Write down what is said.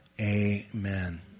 Amen